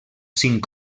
cinc